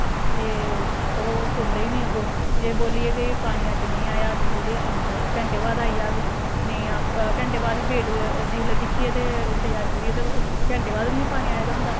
ते ओह् सुनदे गै निं अग्गों जे बोलेआ ते अज्ज पानी नेईं आया ते बोलदे घैंटें बाद आई जाह्ग घैंटें बाद बी वेट जिसलै दिक्खियै ते इंतजार करियै ते घैंटें बाद बी निं पानी आये दा होंदा